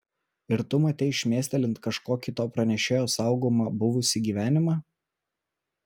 ir tu matei šmėstelint kažkokį to pranešėjo saugomą buvusį gyvenimą